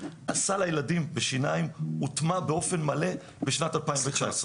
סל הילדים בשיניים הוטמע באופן מלא בשנת 2019. סליחה,